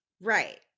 Right